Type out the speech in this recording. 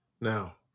Now